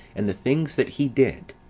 and the things that he did